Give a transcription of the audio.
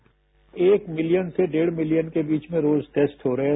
sound bite एक million से डेढ मिलियन के बीच में रोज टेस्ट हो रहे हैं